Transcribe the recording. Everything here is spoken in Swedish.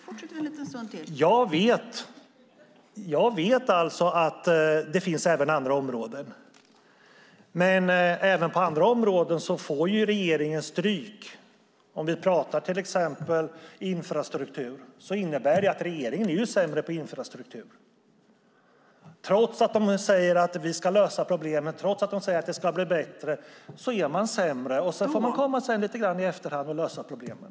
Jag vet att det finns även andra områden. Men även på andra områden får regeringen stryk. Om vi till exempel talar om infrastruktur innebär det att regeringen är sämre på infrastruktur. Trots att den säger att den ska lösa problemet och att det ska bli bättre blir det sämre. Sedan får man komma lite grann i efterhand och lösa problemen.